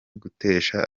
gutesha